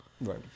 Right